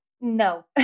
No